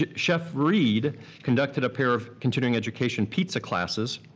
chef reid conducted a pair of continuing education pizza classes